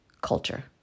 culture